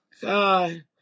God